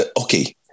okay